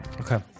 Okay